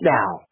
now